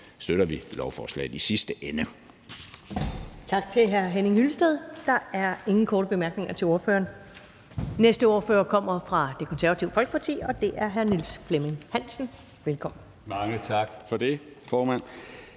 støtter vi lovforslaget i sidste ende.